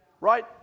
Right